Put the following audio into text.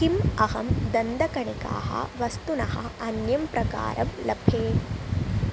किम् अहं दन्तकणिकाः वस्तुनः अन्यं प्रकारं लभे